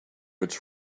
its